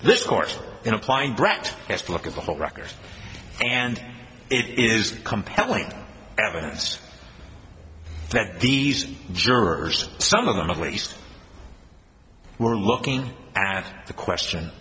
this court in applying brett has to look at the whole record and it is compelling evidence that these jurors some of them at least were looking at the question